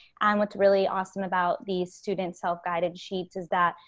and what's really awesome about these students self-guided sheets is that,